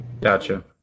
Gotcha